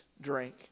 drink